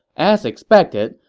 as expected,